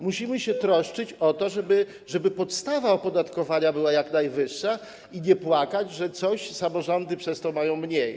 Musimy się troszczyć o to, żeby podstawa opodatkowania była jak najwyższa, i nie płakać, że coś samorządy przez to mają mniej.